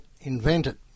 invented